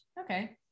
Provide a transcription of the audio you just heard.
Okay